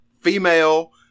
female